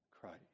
Christ